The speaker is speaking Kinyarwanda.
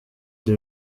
the